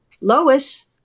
Lois